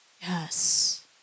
Yes